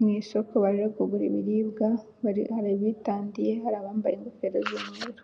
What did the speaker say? mu isoko, baje kugura ibiribwa, hari abitandiye, hari abambaye ingofero z'umweru.